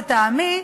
לטעמי,